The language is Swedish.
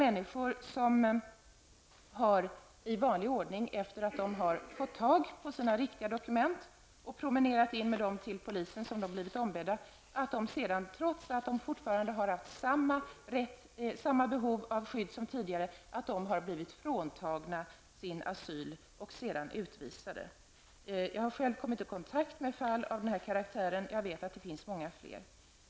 Människor som i vanlig ordning, efter att ha fått tag på sina riktiga dokument, promenerat in med dem till polisen, som de blivit ombedda, har sedan trots att de fortfarande har haft samma behov av skydd som tidigare blivit fråntagna sin asyl och sedan utvisats. Jag har själv kommit i kontakt med fall av den här karaktären. Jag vet att det finns många fler.